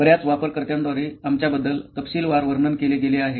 बर्याच वापरकर्त्यांद्वारे आमच्याबद्दल तपशीलवार वर्णन केले गेले आहे